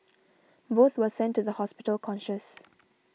both were sent to the hospital conscious